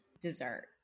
Dessert